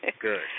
Good